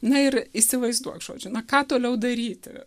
na ir įsivaizduok žodžiu na ką toliau daryti